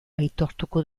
aitortuko